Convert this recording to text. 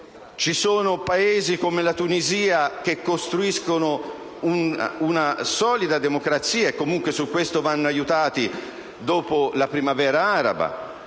Ci sono Paesi, come la Tunisia, che costruiscono una solida democrazia, e, comunque, su questo vanno aiutati dopo la primavera araba.